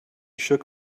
shook